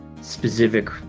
specific